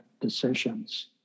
decisions